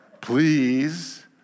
Please